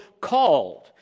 called